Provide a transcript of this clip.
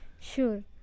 Sure